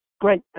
Great